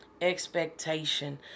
expectation